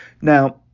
Now